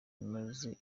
imaze